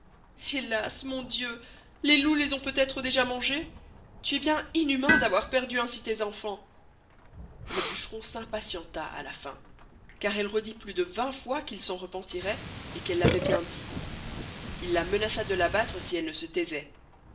helas mon dieu les loups les ont peut être déjà mangez tu es bien inhumain d'avoir perdu ainsi tes enfants le bucheron s'impatienta à la fin car elle redit plus de vingt fois qu'ils s'en repentiroient et qu'elle l'avoit bien dit il la menaça de la battre si elle ne se taisoit